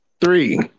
Three